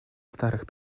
старых